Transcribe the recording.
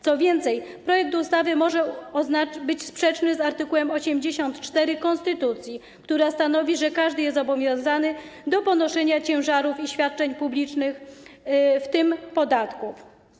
Co więcej, projekt ustawy może być sprzeczny z art. 84 konstytucji, który stanowi, że każdy jest zobowiązany do ponoszenia ciężarów i świadczeń publicznych, w tym podatków.